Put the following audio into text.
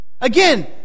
Again